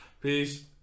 Peace